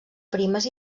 primes